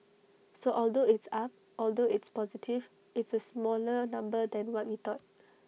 so although it's up although it's positive it's A smaller number than what we thought